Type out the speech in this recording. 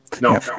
No